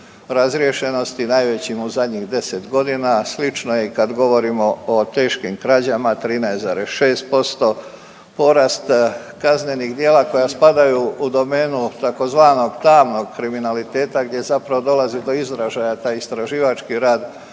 razriješenosti, najvećim u zadnjih 10.g., a slično je i kad govorimo o teškim krađama 13,6%, porast kaznenih djela koja spadaju u domenu tzv. tamnog kriminaliteta gdje zapravo dolazi do izražaja taj istraživački rad